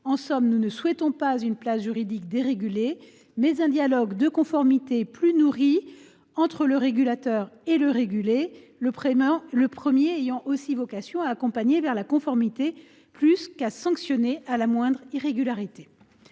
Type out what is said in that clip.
En somme, nous souhaitons instaurer non pas une place juridique dérégulée, mais un dialogue de conformité plus nourri entre le régulateur et le régulé, le premier ayant vocation à accompagner vers la conformité davantage qu’à sanctionner la moindre irrégularité.